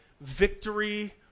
victory